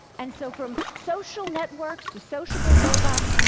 and so from social networks to sociable robots,